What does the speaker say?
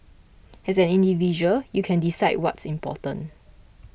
as an individual you can decide what's important